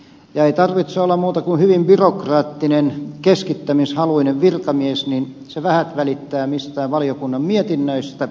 ei tarvitse olla muuta kuin hyvin byrokraattinen keskittämishaluinen virkamies niin hän vähät välittää mistään valiokunnan mietinnöistä ikävä kyllä